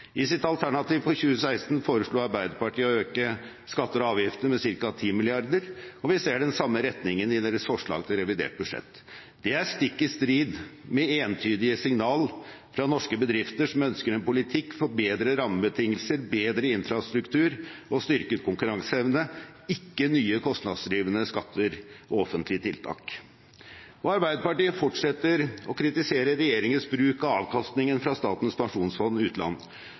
I sitt alternative budsjett for 2016 foreslo Arbeiderpartiet å øke skatter og avgifter med ca. 10 mrd. kr, og vi ser den samme retningen i deres forslag til revidert budsjett. Det er stikk i strid med entydige signaler fra norske bedrifter, som ønsker en politikk for bedre rammebetingelser, bedre infrastruktur og styrket konkurranseevne – ikke nye, kostnadsdrivende skatter og offentlige tiltak. Arbeiderpartiet fortsetter å kritisere regjeringens bruk av avkastningen fra Statens pensjonsfond utland